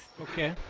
Okay